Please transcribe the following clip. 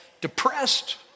depressed